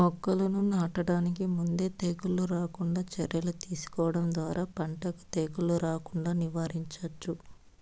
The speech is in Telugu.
మొక్కలను నాటడానికి ముందే తెగుళ్ళు రాకుండా చర్యలు తీసుకోవడం ద్వారా పంటకు తెగులు రాకుండా నివారించవచ్చు